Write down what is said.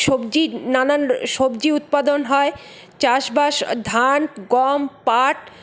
সবজি নানান সবজি উৎপাদন হয় চাষবাস ধান গম পাট